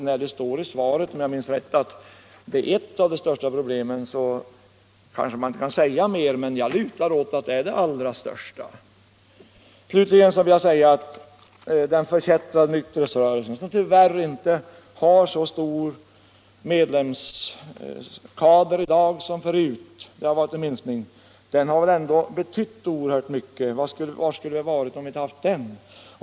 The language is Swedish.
När man i svaret säger, om jag minns rätt, att detta är ett av de största problemen kanske man inte kan säga mer, men jag lutar åt att det är det allra största. Slutligen vill jag säga att den förkättrade nykterhetsrörelsen - som tyvärr inte har så stor medlemskader i dag som förut, det har varit en minskning — ändå har betytt oerhört mycket. Var skulle vi stått om vi inte haft den?